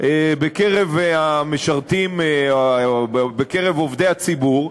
בקרב המשרתים, בקרב עובדי הציבור,